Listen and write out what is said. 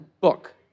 book